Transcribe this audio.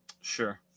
Sure